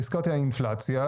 הזכרתי את האינפלציה,